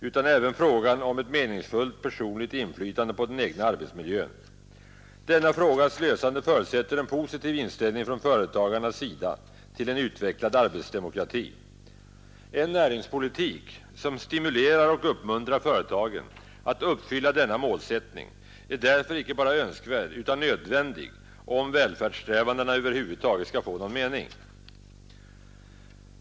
utan även frågan om ett meningsfullt personligt inflytande på den egna arbetsmiljön. Denna frågas lösande förutsätter en positiv inställning från företagarnas sida till en utvecklad arbetsdemokrati. En näringspolitik som stimulerar och uppmuntrar företagen att uppfylla denna målsättning är därför icke bara önskvärd utan nödvändig om välfärdssträvandena över huvud taget skall ha någon mening.